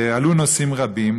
עלו נוסעים רבים,